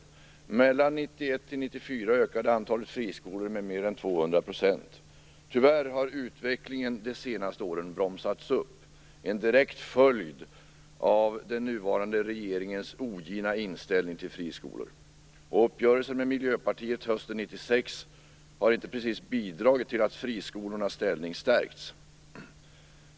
Mellan 1991 och 1994 ökade antalet friskolor med mer än 200 %. Tyvärr har utvecklingen under de senaste åren bromsats upp. Det är en direkt följd av den nuvarande regeringens ogina inställning till friskolor. Uppgörelsen med Miljöpartiet hösten 1996 har inte precis bidragit till att friskolornas ställning stärkts.